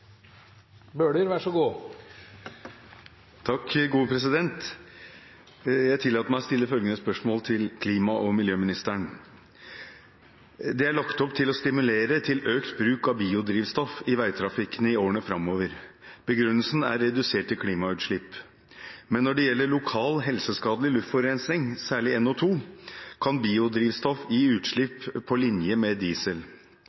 lagt opp til å stimulere til økt bruk av biodrivstoff i veitrafikken i årene framover. Begrunnelsen er reduserte klimagassutslipp. Men når det gjelder lokal helseskadelig luftforurensning, særlig NO 2 , kan biodrivstoff gi